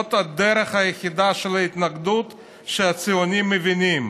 שזאת הדרך היחידה של ההתנגדות שהציונים מבינים,